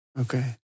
Okay